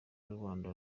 rubanda